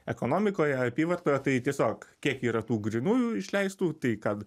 ekonomikoje apyvartoje tai tiesiog kiek yra tų grynųjų išleistų tai ką